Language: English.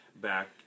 back